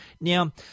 Now